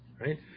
right